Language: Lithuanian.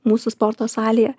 mūsų sporto salėje